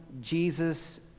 Jesus